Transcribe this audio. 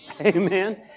Amen